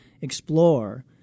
explore